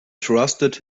trusted